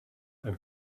and